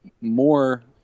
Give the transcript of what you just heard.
more